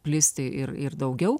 plisti ir ir daugiau